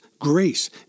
grace